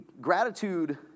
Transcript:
gratitude